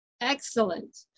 Excellent